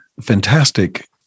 fantastic